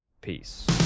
Peace